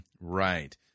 Right